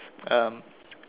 um